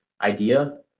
idea